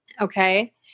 Okay